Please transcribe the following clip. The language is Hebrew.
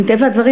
מטבע הדברים,